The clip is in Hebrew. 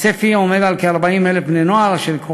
הצפי עומד על כ-40,000 בני-נוער אשר ייקחו